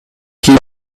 had